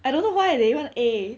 I don't know why they want a